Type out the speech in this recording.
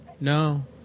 No